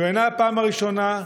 זו אינה הפעם הראשונה,